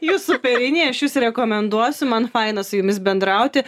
jūs superiniai aš jus rekomenduosiu man faina su jumis bendrauti